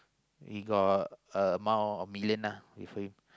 we got a amount million lah with him